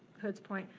hood's point,